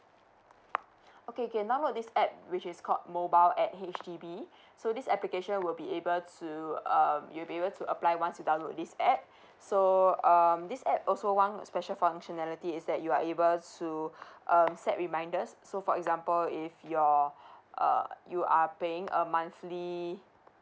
okay can download this app which is called mobile at H_D_B so this application will be able to um you'll be able to apply once you download this app so um this app also one special functionality is that you are able to um set reminders so for example if your uh you are paying a monthly